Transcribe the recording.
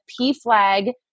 PFLAG